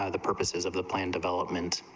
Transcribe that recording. ah the purposes of the planned developments